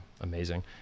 amazing